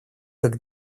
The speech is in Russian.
как